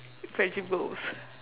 friendship goals